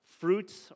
fruits